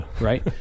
Right